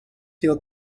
feel